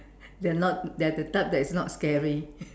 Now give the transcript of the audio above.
they are not they are the type that is not scary